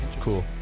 Cool